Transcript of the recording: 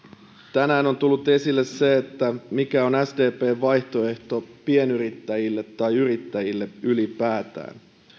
tänään on tullut esille se kysymys mikä on sdpn vaihtoehto pienyrittäjille tai yrittäjille ylipäätään